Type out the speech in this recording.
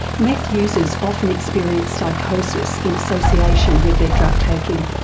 meth users often experience psychosis in association with their drug taking.